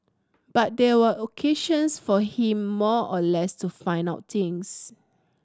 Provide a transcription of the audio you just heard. but they were occasions for him more or less to find out things